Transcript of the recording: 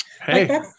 hey